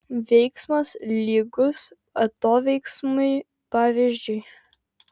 veiksmas lygus atoveiksmiui pavyzdžiui